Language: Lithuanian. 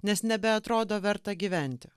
nes nebeatrodo verta gyventi